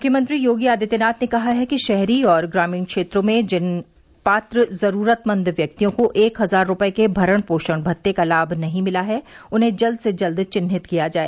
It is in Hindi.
मुख्यमंत्री योगी आदित्यनाथ ने कहा है कि शहरी और ग्रामीण क्षेत्रों में जिन पात्र जरूरतमंद व्यक्तियों को एक हजार रूपये के भरण पोषण भत्ते का लाभ नहीं मिला है उन्हें जल्द से जल्द चिन्हित किया जाए